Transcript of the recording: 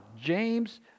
James